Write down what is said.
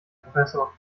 professor